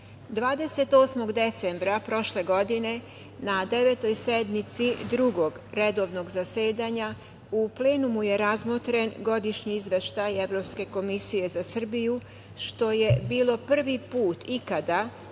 28. decembra prošle godine na Devetoj sednici Drugog redovnog zasedanja u plenumu je razmotren Godišnji izveštaj Evropske komisije za Srbiju, što je bilo prvi put ikada